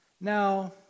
Now